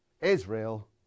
Israel